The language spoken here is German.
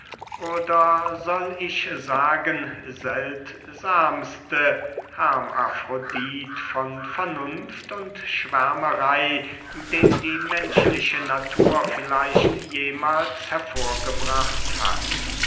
oder soll ich sagen seltsamste hermafrodit von vernunft und schwärmerey den die menschliche natur vielleicht jemahls hervorgebracht hat